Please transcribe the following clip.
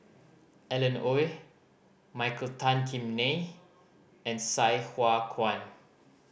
Alan Oei Michael Tan Kim Nei and Sai Hua Kuan